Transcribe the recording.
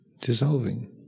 dissolving